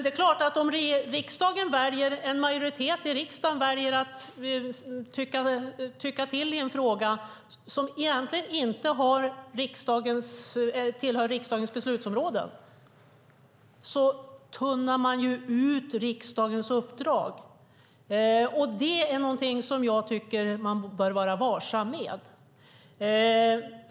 Det är klart att om en majoritet i riksdagen väljer att tycka till i en fråga som egentligen inte tillhör riksdagens beslutsområde så tunnar man ju ut riksdagens uppdrag. Det är någonting som jag tycker att man bör vara varsam med.